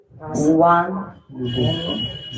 one